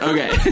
Okay